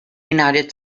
united